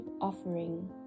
offering